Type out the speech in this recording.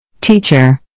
Teacher